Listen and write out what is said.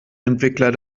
entwickler